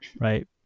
right